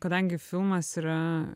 kadangi filmas yra